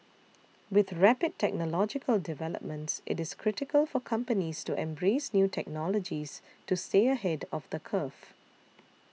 with rapid technological developments it is critical for companies to embrace new technologies to stay ahead of the curve